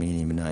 מי נמנע?